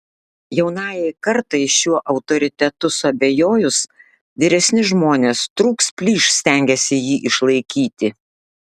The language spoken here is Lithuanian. jaunajai kartai šiuo autoritetu suabejojus vyresni žmonės trūks plyš stengiasi jį išlaikyti